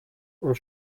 und